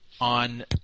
on